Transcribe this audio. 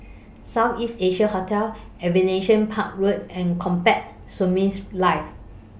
South East Asia Hotel Aviation Park Road and Combat Skirmish Live